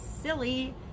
silly